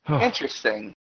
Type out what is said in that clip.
Interesting